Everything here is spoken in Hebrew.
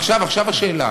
עכשיו, עכשיו השאלה.